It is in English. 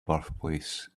birthplace